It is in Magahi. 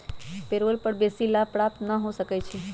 पेरोल कर बेशी लाभ प्राप्त न हो सकै छइ